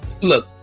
Look